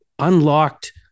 unlocked